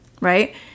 right